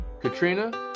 Katrina